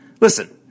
Listen